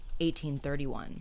1831